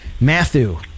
Matthew